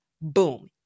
Boom